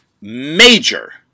major